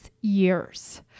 years